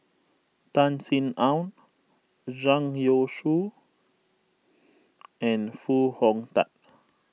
Tan Sin Aun Zhang Youshuo and Foo Hong Tatt